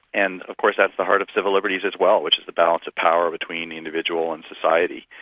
and of course that's the heart of civil liberties as well, which is the balance of power between the individual and society.